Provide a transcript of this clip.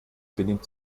benimmt